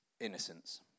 innocence